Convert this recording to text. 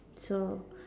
so